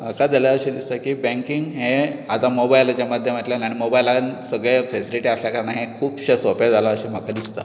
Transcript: म्हाका जाल्यार अशें दिसता की बँकिंग हें आतां मोबायलाच्या माध्यमांतल्यान आनी मोबायलान सगळें फॅसिलिटी आसल्या कारणान हें खूबशें सोपें जालां अशें म्हाका दिसता